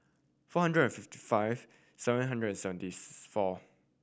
four hundred and fifty five seven hundred and seventy four